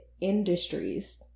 industries